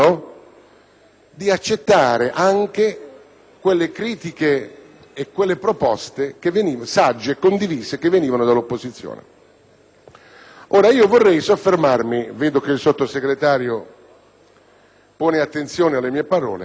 di accettare anche le critiche e le proposte sagge e condivise che venivano dall'opposizione. Vorrei soffermarmi - e vedo che il sottosegretario Caliendo pone attenzione alle mie parole